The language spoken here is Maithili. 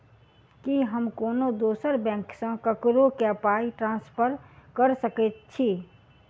की हम कोनो दोसर बैंक सँ ककरो केँ पाई ट्रांसफर कर सकइत छि?